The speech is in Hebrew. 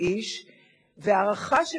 הם עשו הערכה.